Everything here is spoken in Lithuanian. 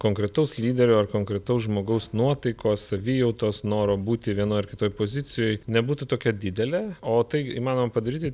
konkretaus lyderio ar konkretaus žmogaus nuotaikos savijautos noro būti vienoj ar kitoj pozicijoj nebūtų tokia didelė o tai įmanoma padaryti